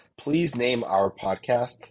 pleasenameourpodcast